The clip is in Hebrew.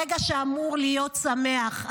רגע שאמור להיות שמח,